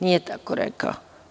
Nije tako rekao.